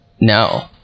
no